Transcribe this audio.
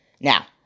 Now